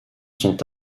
sont